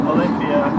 Olympia